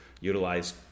utilize